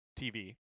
TV